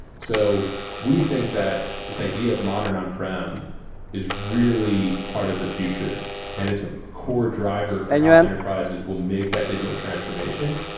so we think that this idea of modern on-prem is really part of the future and it's a core driver for how enterprises will make that digital transformation.